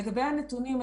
לגבי הנתונים,